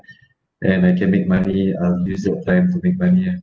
and I can make money um use your time to make money ah